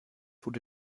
wurde